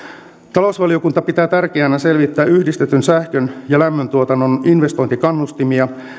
talousvaliokunta pitää tärkeänä selvittää yhdistetyn sähkön ja lämmöntuotannon investointikannustimia